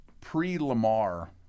pre-Lamar